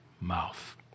mouth